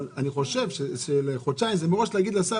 אבל אני חושב שחודשיים זה מראש להגיד לשר